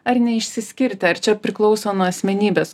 ar neišsiskirti ar čia priklauso nuo asmenybės